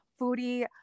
foodie